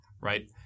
right